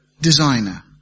designer